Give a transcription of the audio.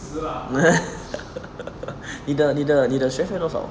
你的你的你的学费多少